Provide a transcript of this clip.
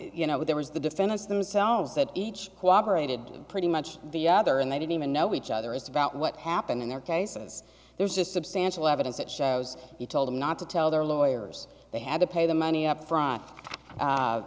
you know there was the defendants themselves that each cooperated pretty much the other and they didn't even know each other it's about what happened in their cases there's a substantial evidence that shows you told them not to tell their lawyers they had to pay the money upfront